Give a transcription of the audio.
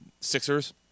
Sixers